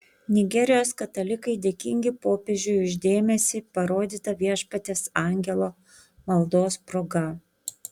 nigerijos katalikai dėkingi popiežiui už dėmesį parodytą viešpaties angelo maldos proga